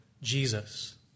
Jesus